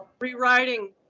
rewriting